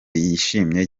yishimiye